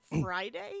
Friday